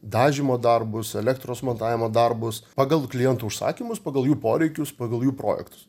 dažymo darbus elektros montavimo darbus pagal klientų užsakymus pagal jų poreikius pagal jų projektus